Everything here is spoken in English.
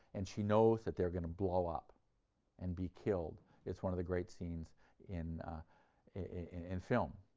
and she knows that they're going to blow up and be killed it's one of the great scenes in in film.